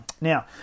Now